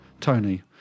Tony